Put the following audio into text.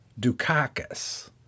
Dukakis